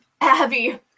Abby